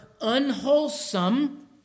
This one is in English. unwholesome